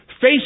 Face